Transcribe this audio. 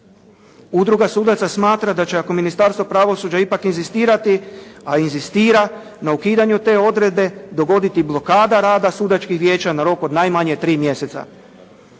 Udruga sudaca smatra da će ako Ministarstvo pravosuđa ipak inzistirati, a inzistira na ukidanju te odredbe dogoditi blokada rada sudačkih vijeća na rok od najmanje tri mjeseca.